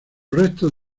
restos